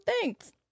thanks